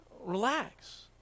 Relax